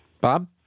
Bob